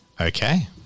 Okay